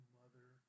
mother